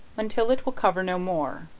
until it will cover no more,